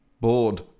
bored